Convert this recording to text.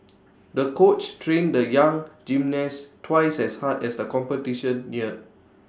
the coach trained the young gymnast twice as hard as the competition neared